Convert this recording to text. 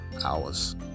hours